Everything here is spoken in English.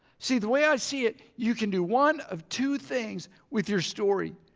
see, the way i see it you can do one of two things with your story.